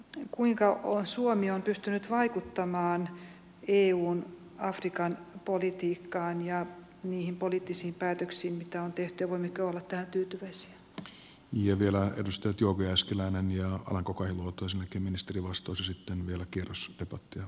ja kuinka on suomi on pystynyt vielä edustajat jouko jääskeläinen ja niihin poliittisiin päätöksiin mikä on tehtävä mikä alanko kahiluoto sen jälkeen ministerin vastaus ja alan kokoelma tosin kymmenestä vastuu sitten vielä kierros debattia